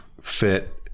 fit